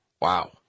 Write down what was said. Wow